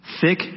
thick